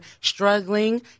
struggling